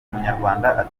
munyarwanda